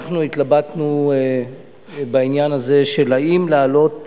אנחנו התלבטנו בעניין הזה של אם להעלות